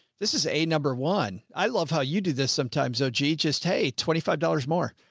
this is a number one. i love how you do this sometimes though. gee, just, hey, twenty five dollars more,